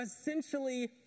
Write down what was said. essentially